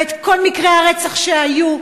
ואת כל מקרי הרצח שהיו,